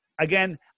again